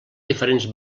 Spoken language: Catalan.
diferents